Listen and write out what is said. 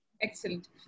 Excellent